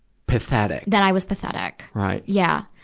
pathetic? that i was pathetic. right. yeah.